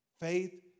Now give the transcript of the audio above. Faith